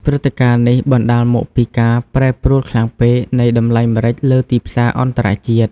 ព្រឹត្តិការណ៍នេះ បណ្តាលមកពីការប្រែប្រួលខ្លាំងពេក នៃតម្លៃម្រេចលើទីផ្សារអន្តរជាតិ។